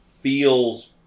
feels